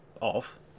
off